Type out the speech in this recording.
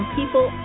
people